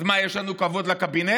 אז מה, יש לנו כבוד לקבינט?